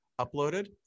uploaded